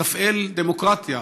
לתפעל דמוקרטיה,